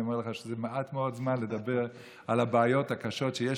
אני אומר לך שזה מעט מאוד זמן לדבר על הבעיות הקשות שיש